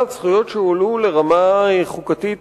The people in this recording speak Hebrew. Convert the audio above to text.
אגב, זכויות שהועלו לרמה חוקתית,